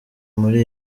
muri